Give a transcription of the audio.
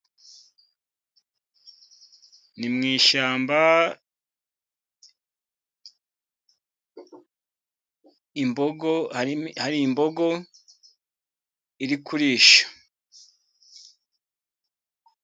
Ni mu ishyamba, hari imbogo iri kurisha.